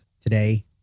today